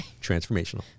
Transformational